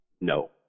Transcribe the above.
No